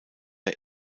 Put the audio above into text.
der